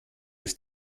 ist